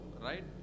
Right